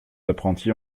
apprentis